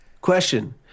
Question